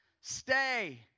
stay